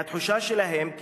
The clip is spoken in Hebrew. כי התחושה שלהם,